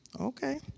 Okay